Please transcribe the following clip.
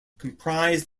comprised